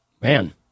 Man